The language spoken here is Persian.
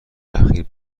اخیر